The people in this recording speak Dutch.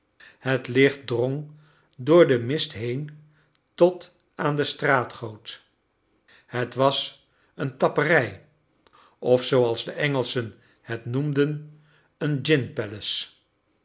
het licht drong door den mist heen tot aan de straatgoot het was een tapperij of zooals de engelschen het noemen een